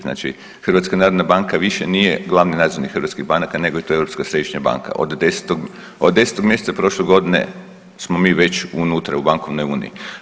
Znači HNB više nije glavni nadzornik hrvatskih banaka nego je to Europska središnja banka od 10. mjeseca prošle godine smo mi već unutra u bankovnoj uniji.